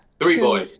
three boys.